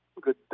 good